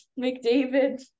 mcdavid